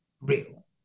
real